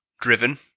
Driven